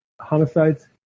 homicides